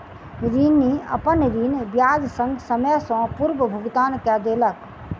ऋणी, अपन ऋण ब्याज संग, समय सॅ पूर्व भुगतान कय देलक